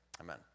Amen